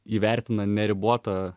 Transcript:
įvertina neribotą